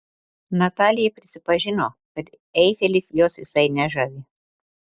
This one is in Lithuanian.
natalija prisipažino kad eifelis jos visai nežavi